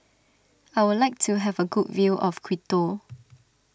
I would like to have a good view of Quito